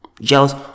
jealous